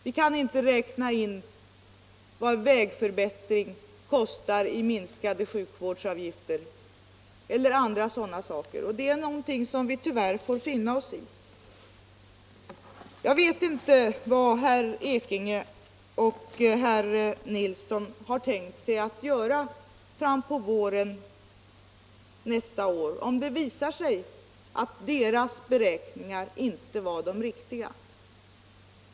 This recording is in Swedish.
Vi kan inte räkna in vad en vägförbättring kostar i minskade sjukvårdsavgifter o.d. Det är någonting som vi tyvärr får finna oss i. Jag vet inte vad herr Ekinge och herr Nilsson i Tvärålund har tänkt sig att göra fram emot våren nästa år, om det visar sig att deras be 177 räkningar inte var de riktiga.